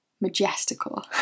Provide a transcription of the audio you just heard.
majestical